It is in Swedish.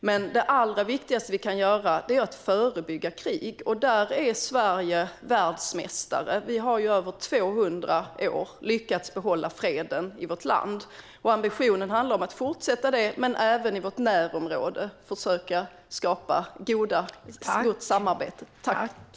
Men det allra viktigaste vi kan göra är att förebygga krig, och där är Sverige världsmästare. Vi har i över 200 år lyckats behålla freden i vårt land. Ambitionen är att fortsätta med det men även försöka skapa gott samarbete i vårt närområde.